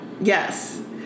Yes